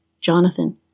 Jonathan